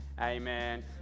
amen